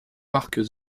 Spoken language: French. marques